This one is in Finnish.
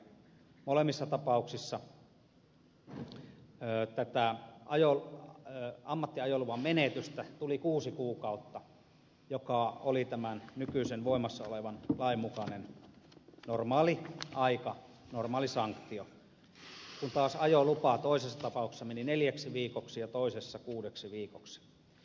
molemmissa tapauksissa ammattiajoluvan menetystä tuli kuusi kuukautta joka oli tämän nykyisen voimassa olevan lain mukainen normaali sanktio kun taas ajolupa toisessa tapauksessa meni neljäksi viikoksi ja toisessa kuudeksi viikoksi